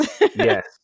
Yes